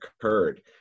occurred